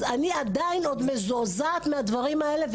אז אני עדיין מזועזעת מהדברים האלה.